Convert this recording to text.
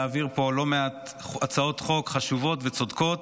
להעביר פה לא מעט הצעות חוק חשובות וצודקות,